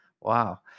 Wow